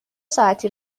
ساعتی